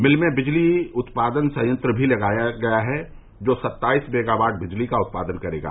मिल में बिजली उत्पादन संयंत्र भी लगाया गया है जो सत्ताईस मेगावाट बिजली का उत्पादन करेगा